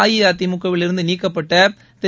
அஇஅதிமுகவில் இருந்து நீக்கப்பட்ட திரு